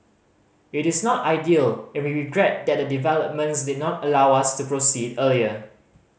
it is not ideal and we regret that the developments did not allow us to proceed earlier